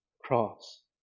cross